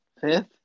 fifth